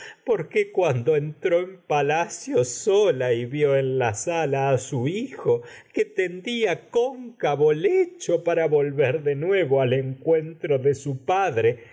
conmigo cuando en en palacio sola lecho vió en la sala a su hijo que tendía de nuevo cóncavo para volver al encuentro y de su padre